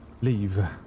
leave